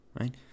right